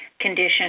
condition